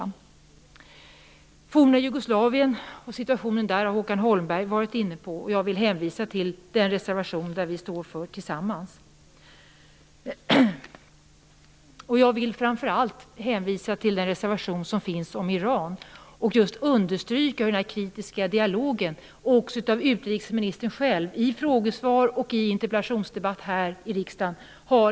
Det forna Jugoslavien och situationen där har Håkan Holmberg varit inne på. Jag vill hänvisa till den reservation vi står för tillsammans. Jag vill framför allt hänvisa till den reservation som finns om Iran och understryka att den kritiska dialogen har ifrågasatts av utrikesministern själv, i frågesvar och i interpellationsdebatt här i riksdagen.